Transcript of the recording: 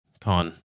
Con